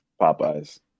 popeyes